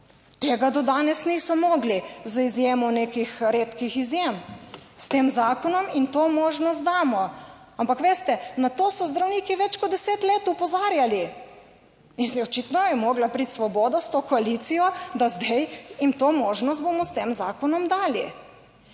Tega do danes niso mogli, z izjemo nekih redkih izjem. S tem zakonom jim to možnost damo, ampak veste, na to so zdravniki več kot deset let opozarjali. In zdaj očitno je morala priti Svoboda s to koalicijo, da zdaj jim to možnost bomo s tem zakonom dali.